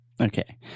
Okay